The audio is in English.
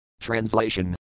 Translation